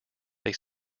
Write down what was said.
they